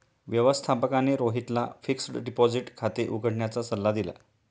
व्यवस्थापकाने रोहितला fixed deposit खाते उघडण्याचा सल्ला दिला